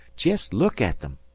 jest look at em!